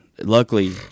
luckily